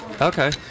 Okay